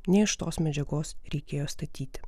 ne iš tos medžiagos reikėjo statyti